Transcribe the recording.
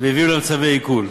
והביאו להם צווי עיקול.